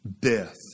death